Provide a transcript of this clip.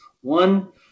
one